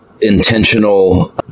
intentional